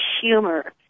humor